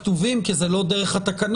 כך?